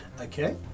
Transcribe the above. Okay